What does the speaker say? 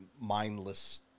mindless